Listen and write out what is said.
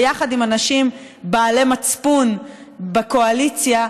ביחד עם אנשים בעלי מצפון בקואליציה,